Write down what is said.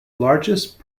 largest